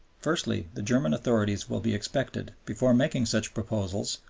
firstly, the german authorities will be expected, before making such proposals,